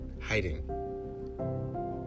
Hiding